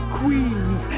queens